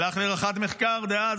הלך למחלקת מחקר דאז,